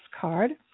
card